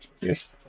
Yes